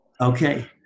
Okay